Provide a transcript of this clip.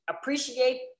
appreciate